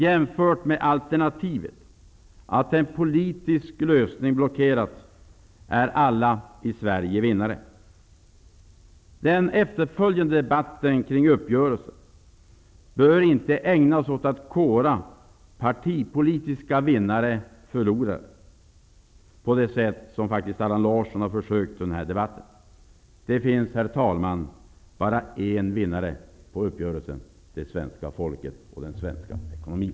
Jämfört med alternativet, att en politisk lösning blockerats, är alla i Sverige vinnare. Den efterföljande debatten kring uppgörelsen bör inte ägnas åt att kora partipolitiska vinnare och förlorare på det sätt Allan Larsson har försökt göra i den här debatten. Det finns, herr talman, bara en vinnare på uppgörelsen: det svenska folket och den svenska ekonomin.